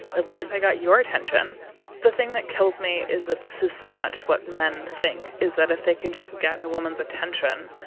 at least i got your attention! plus the thing that kills me is that this is so much what men think, is that if they can just get a woman's attention,